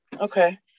Okay